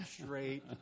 straight